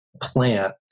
plant